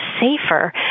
safer